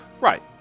Right